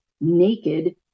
naked